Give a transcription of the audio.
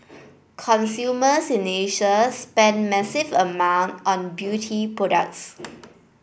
consumers in Asia spend massive amount on beauty products